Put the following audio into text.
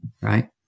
right